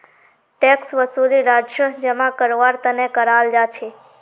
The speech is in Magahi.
टैक्स वसूली राजस्व जमा करवार तने कराल जा छे